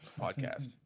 podcast